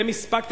אתם,